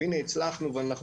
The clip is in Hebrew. והנה הצלחנו ואנחנו